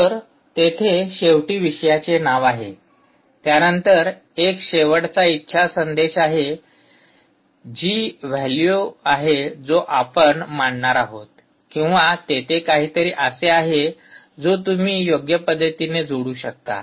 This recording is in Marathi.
तर तेथे शेवटी विषयाचे नाव आहे त्यानंतर एक शेवटचा इच्छा संदेश आहे जी वैल्यू आहे जो आपण मांडणार आहोत किंवा तेथे काहीतरी असे आहे जो तुम्ही योग्य पद्धतीने जोडू शकता